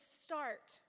start